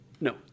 No